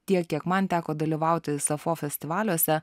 tiek kiek man teko dalyvauti sapfo festivaliuose